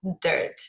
dirt